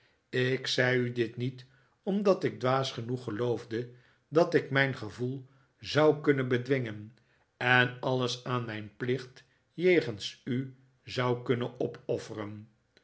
ik zei u dit niet omdat ik dwaas genoeg geloofde dat ik mijn gevoel zou kunnen bedwingen en alles aan mijn plicht jegens u zou kunnen opofferen